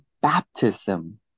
Baptism